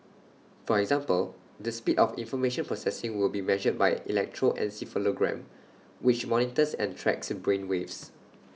for example the speed of information processing will be measured by electroencephalogram which monitors and tracks in brain waves